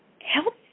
help